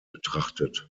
betrachtet